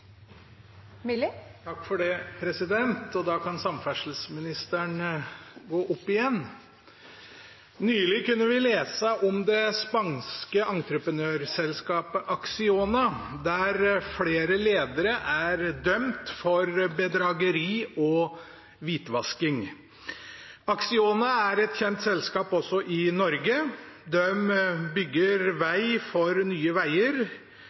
Da kan samferdselsministeren gå opp igjen. Nylig kunne vi lese om det spanske entreprenørselskapet Acciona, der flere ledere er dømt for bedrageri og hvitvasking. Acciona er et kjent selskap også i Norge. De bygger ny E6 mellom Ranheim og Værnes i Trøndelag for Nye Veier